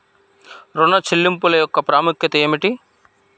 ఋణ చెల్లింపుల యొక్క ప్రాముఖ్యత ఏమిటీ?